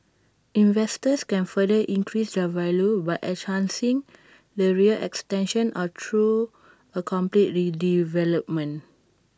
investors can further increase their value by enhancing the rear extension or through A complete redevelopment